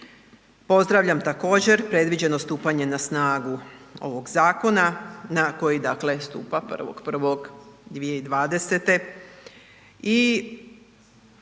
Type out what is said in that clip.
Pozdravljam također predviđeno stupanje na snagu ovog zakona, na koji dakle stupa 1.1.2020.